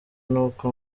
n’uko